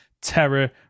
Terror